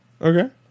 okay